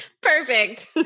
Perfect